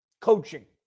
coaching